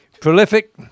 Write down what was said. Prolific